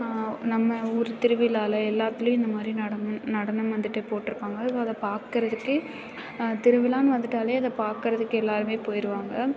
நம்ம ஊர் திருவிழால எல்லாத்திலேயும் இந்த மாதிரி நடனம் நடனம் வந்துட்டு போட்டுருப்பாங்க அதை பாக்கிறதுக்கே திருவிழானு வந்துட்டாலே அதை பாக்கிறதுக்கு எல்லோருமே போயிடுவாங்க